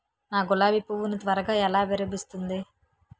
నా గులాబి పువ్వు ను త్వరగా ఎలా విరభుస్తుంది?